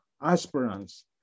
aspirants